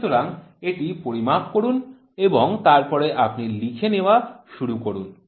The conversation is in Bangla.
সুতরাং এটি পরিমাপ করুন এবং তারপরে আপনি লিখে নেওয়া শুরু করুন